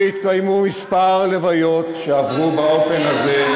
והתקיימו כמה לוויות שעברו באופן הזה,